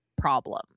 problem